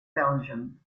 belgium